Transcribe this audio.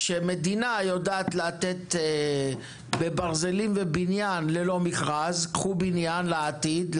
כשמדינה יודעת לתת ברזלים ובניין ללא מכרז קחו בניין לעתיד,